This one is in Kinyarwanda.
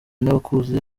n’abakuze